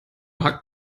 hat